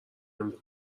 نمی